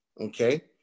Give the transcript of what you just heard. okay